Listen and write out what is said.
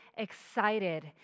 excited